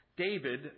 David